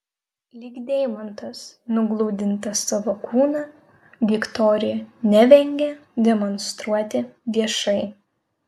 lyg deimantas nugludintą savo kūną viktorija nevengia demonstruoti viešai